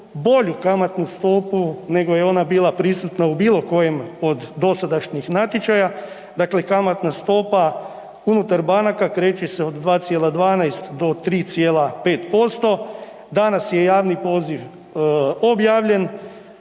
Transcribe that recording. bolju kamatnu stopu nego je ona bila prisutna u bilo kojem od dosadašnjih natječaja. Dakle, kamatna stopa unutar banaka kreće se od 2,12 do 3,5%. Danas je javni poziv objavljen.